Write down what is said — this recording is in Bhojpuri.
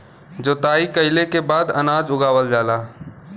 जोताई कइले के बाद अनाज उगावल जाला